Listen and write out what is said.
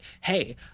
hey